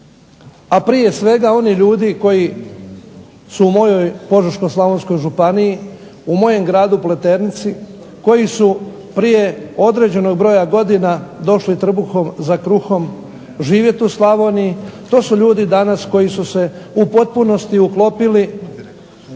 a prije svega onih ljudi koji su u mojoj Požeško-slavonskoj županiji, u mojem gradu Pleternici, koji su prije određenog broja godina došli trbuhom za kruhom živjeti u Slavoniji, to su ljudi danas koji su se u potpunosti uklopili